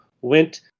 went